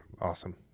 awesome